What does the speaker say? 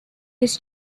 his